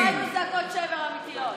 לא היו זעקות שבר אמיתיות.